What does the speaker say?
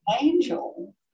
angel